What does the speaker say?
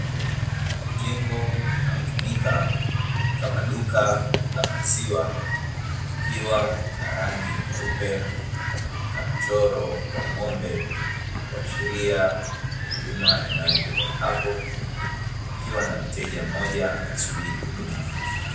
Jengo linalotumika kama duka la maziwa, likiwa na rangi nyeupe na mchoro wa ng'ombe, kuashiria huduma inayoendelea hapo wakiwa na mteja mmoja anasubiri huduma.